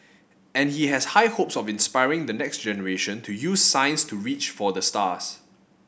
and he has high hopes of inspiring the next generation to use science to reach for the stars